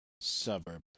suburb